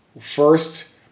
First